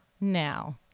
now